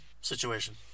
situation